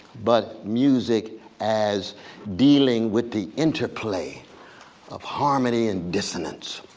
but music as dealing with the interplay of harmony and dissonance,